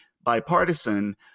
bipartisan